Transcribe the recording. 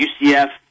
UCF